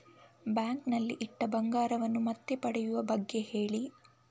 bank ನಲ್ಲಿ ಇಟ್ಟ ಬಂಗಾರವನ್ನು ಮತ್ತೆ ಪಡೆಯುವ ಬಗ್ಗೆ ಹೇಳಿ